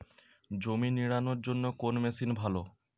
জমি নিড়ানোর জন্য কোন মেশিন ভালো?